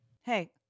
Hey